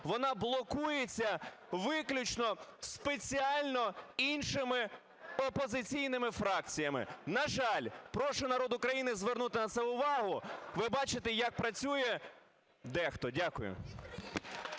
вона блокується виключно спеціально іншими опозиційними фракціями. На жаль, прошу народ України звернути на це увагу, ви бачите, як працює дехто. Дякую.